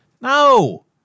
No